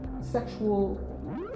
sexual